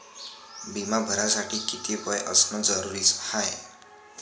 बिमा भरासाठी किती वय असनं जरुरीच हाय?